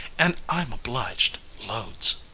and i'm obliged loads.